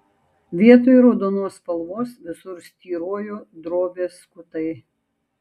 vietoj raudonos spalvos visur styrojo drobės skutai